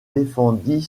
défendit